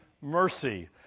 mercy